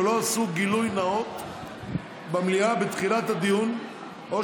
ולא עשו גילוי נאות במליאה בתחילת הדיון או